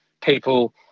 people